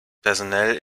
personell